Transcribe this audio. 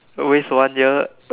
waste one year